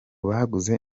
baguze